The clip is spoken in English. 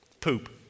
Poop